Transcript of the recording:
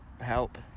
help